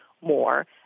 more